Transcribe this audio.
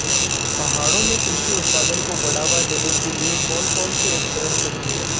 पहाड़ों में कृषि उत्पादन को बढ़ावा देने के लिए कौन कौन से उपकरण सही हैं?